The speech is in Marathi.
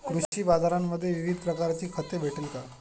कृषी बाजारांमध्ये विविध प्रकारची खते भेटेल का?